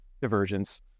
divergence